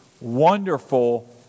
wonderful